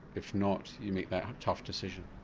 if not you make that tough decision?